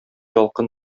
ялкын